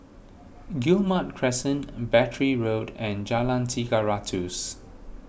Guillemard Crescent Battery Road and Jalan Tiga Ratus